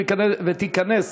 ותיכנס